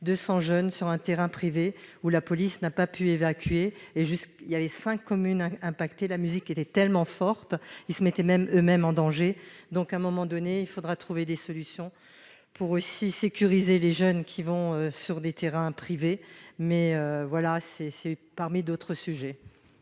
200 jeunes sur un terrain privé, où la police n'a pas pu évacuer et juste, il y avait enfin communes impactées, la musique était tellement forte, il se mettait même eux-mêmes en danger, donc à un moment donné, il faudra trouver des solutions pour aussi sécuriser les jeunes qui vont sur des terrains privés mais voilà c'est c'est parmi d'autres sujets.